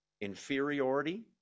inferiority